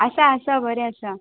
आसा आसा बरें आसा